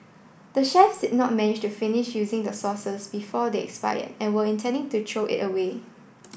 the chefs did not manage to finish using the sauces before they expired and were intending to throw it away